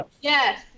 Yes